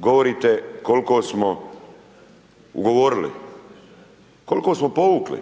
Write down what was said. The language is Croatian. Govorite koliko smo ugovorili, koliko smo povukli